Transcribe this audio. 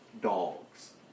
dogs